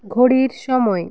ঘড়ির সময়